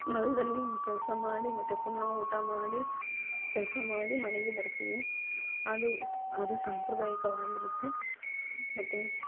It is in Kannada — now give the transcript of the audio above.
ಹೊಲದಲ್ಲಿ ಕೆಲಸ ಮಾಡಿ ಮತ್ತೆ ಪುನಃ ಊಟ ಮಾಡಿ ಕೆಲಸ ಮಾಡಿ ಮನೆಗೆ ಬರ್ತೀವಿ ಅದು ಸ್ ಅದು ಸಂಪ್ರದಾಯಿಕವಾಗಿರುತ್ತೆ ಮತ್ತು